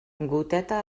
goteta